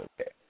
okay